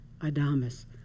adamus